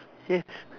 yes